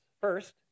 first